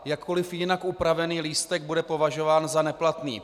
Jakkoliv jinak upravený lístek bude považován za neplatný.